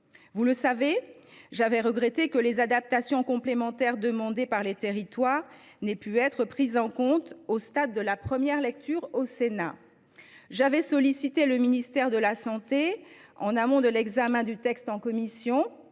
Vous le savez, j’avais regretté que les adaptations complémentaires demandées par les territoires n’aient pu être prises en compte au stade de la première lecture au Sénat. J’avais sollicité le ministère de la santé, en amont de l’examen du texte en commission,